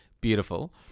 Beautiful